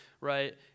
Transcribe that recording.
right